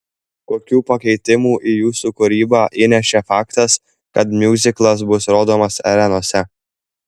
kokių pakeitimų į jūsų kūrybą įnešė faktas kad miuziklas bus rodomas arenose